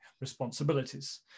responsibilities